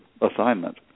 assignment